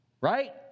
Right